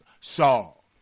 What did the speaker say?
Saul